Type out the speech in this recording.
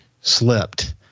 slipped